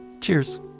Cheers